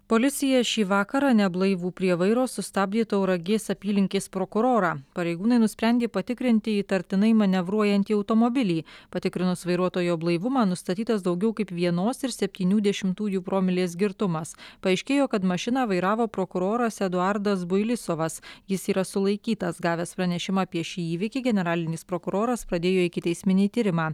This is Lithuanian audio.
policija šį vakarą neblaivų prie vairo sustabdė tauragės apylinkės prokurorą pareigūnai nusprendė patikrinti įtartinai manevruojantį automobilį patikrinus vairuotojo blaivumą nustatytas daugiau kaip vienos ir septynių dešimtųjų promilės girtumas paaiškėjo kad mašiną vairavo prokuroras eduardas builisovas jis yra sulaikytas gavęs pranešimą apie šį įvykį generalinis prokuroras pradėjo ikiteisminį tyrimą